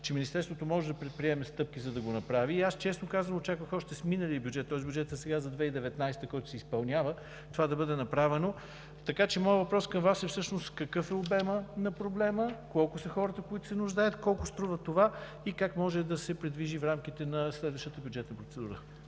че Министерството може да предприеме стъпки, за да го направи и аз честно казано очаквах още с миналия бюджет, тоест бюджетът за 2019 г., който се изпълнява, това да бъде направено. Така че, моят въпрос към Вас е: всъщност какъв е обемът на проблема, колко са хората, които се нуждаят, колко струва това и как може да се придвижи в рамките на следващата бюджетна процедура?